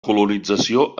colonització